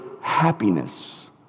happiness